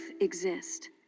exist